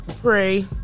pray